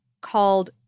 called